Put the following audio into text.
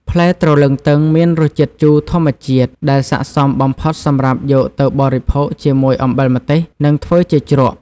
ផ្លែទ្រលឹងទឹងមានរសជាតិជូរធម្មជាតិដែលស័ក្តិសមបំផុតសម្រាប់យកទៅបរិភោគជាមួយ អំបិលម្ទេស និងធ្វើជាជ្រក់។